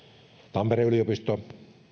tampereen yliopisto